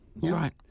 Right